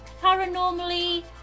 paranormally